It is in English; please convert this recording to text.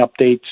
updates